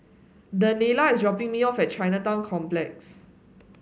Daniela is dropping me off at Chinatown Complex